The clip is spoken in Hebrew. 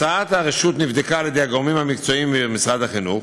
הצעת הרשות נבדקה על-ידי הגורמים המקצועיים במשרד החינוך,